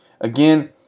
again